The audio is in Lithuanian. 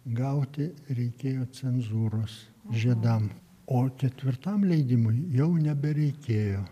gauti reikėjo cenzūros žiedam o ketvirtam leidimui jau nebereikėjo